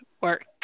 work